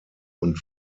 und